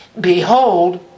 Behold